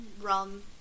rum